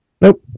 Nope